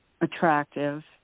attractive